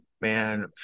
man